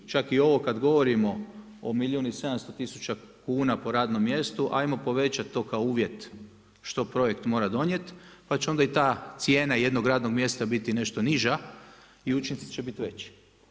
Čak i ovo kada govorimo o milijun i 700 tisuća kuna po radnom mjestu, hajmo povećati to kao uvjet što projekt mora donijeti, pa će onda i ta cijena jednog radnog mjesta biti nešto niža i učinci će biti veći.